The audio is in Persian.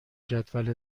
جدول